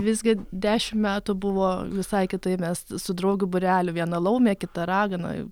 visgi dešim metų buvo visai kitaip mes su draugių būreliu viena laumė kita ragana